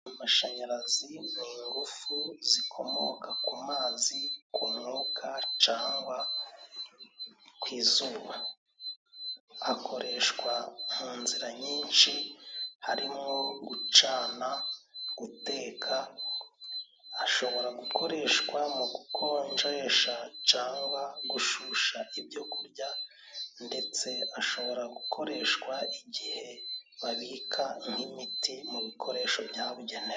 Amashanyarazi ni ingufu zikomoka ku mazi, ku mwuka, cangwa ku izuba. Akoreshwa mu nzira nyinshi harimo gucana, guteka, ashobora gukoreshwa mu gukonjesha cyangwa gushusha ibyokurya ndetse ashobora gukoreshwa igihe babika nk'imiti mu bikoresho byabugenewe.